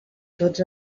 tots